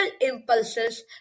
impulses